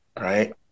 right